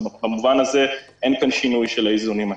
אז במובן הזה אין כאן שינוי של האיזונים הקיימים.